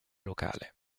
locale